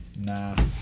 Nah